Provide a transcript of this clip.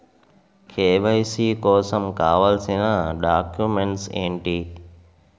KYC కోసం కావాల్సిన documents ఎంటి?